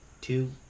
Two